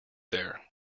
there